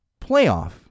playoff